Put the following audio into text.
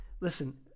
listen